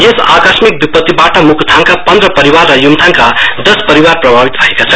यस आकस्मिक विपन्तिबाट मुकुथाङका पन्द्रह परिवार र युमथाङका दश परिवार प्रभावित भएका छन्